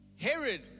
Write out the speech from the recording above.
Herod